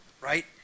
right